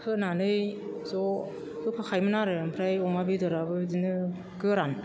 होनानै ज' होफाखायोमोन आरो ओमफ्राय अमा बेदराबो बिदिनो गोरान